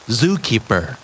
Zookeeper